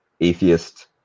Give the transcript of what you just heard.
atheist